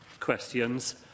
questions